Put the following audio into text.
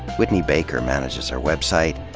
whitney baker manages our website.